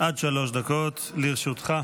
עד שלוש דקות לרשותך.